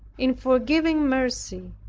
in forgiving mercy,